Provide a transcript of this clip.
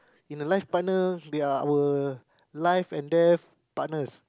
in a life partner they are our life and death partners